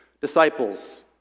disciples